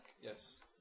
Yes